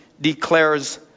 declares